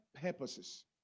purposes